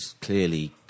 clearly